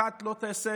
אחת לא תעשה,